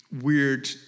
weird